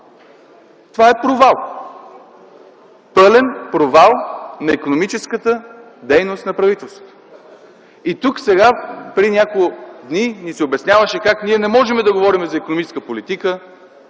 Това е провал, пълен провал на икономическата дейност на правителството. И тук преди няколко дни ни се обясняваше как ние не можем да говорим за икономическа политика,